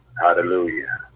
Hallelujah